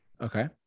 Okay